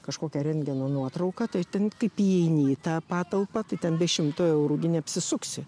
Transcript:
kažkokią rentgeno nuotrauką tai ten kaip įeini į tą patalpą tai ten be šimto eurų gi neapsisuksi